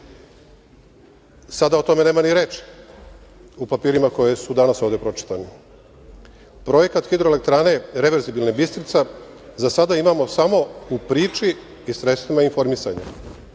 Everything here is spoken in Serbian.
Sada o tome nema ni reči u papirima koji su danas ovde pročitani. Projekat HE Reverzibilna Bistrica za sada imamo samo u priči i sredstvima informisanja,